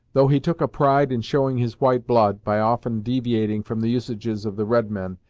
though he took a pride in showing his white blood, by often deviating from the usages of the red-men,